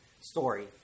story